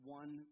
one